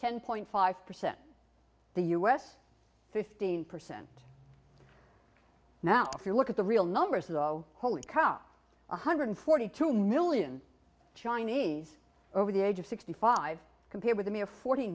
ten point five percent the u s fifteen percent now if you look at the real numbers though holy cow one hundred forty two million chinese over the age of sixty five compared with a mere forty